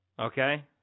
okay